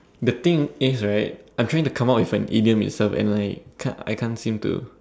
the thing is right I'm trying to come up with an idiom itself and like can't I can't seem to